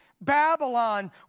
Babylon